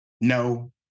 no